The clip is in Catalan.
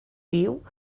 piu